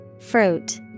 Fruit